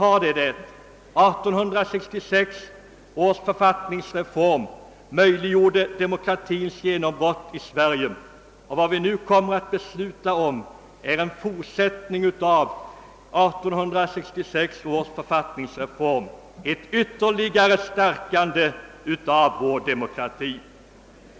1866 års författningsreform möjliggjorde demokratins genombrott i Sverige, och vad vi nu kommer att besluta om är en fortsättning av den författningsreformen, ett ytterligare stärkande av vår demokrati.